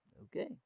Okay